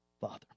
Father